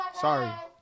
Sorry